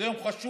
זה יום חשוב,